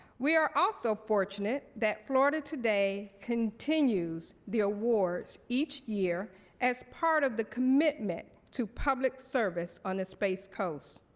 we are also fortunate that florida today continues the awards each year as part of the commitment to public service on the space coast.